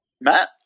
Matt